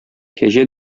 кәҗә